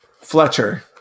Fletcher